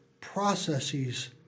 processes